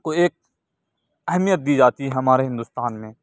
کو ایک اہمیت دی جاتی ہے ہمارے ہندوستان میں